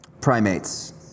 primates